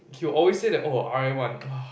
he'll always say that oh r_i one !wah!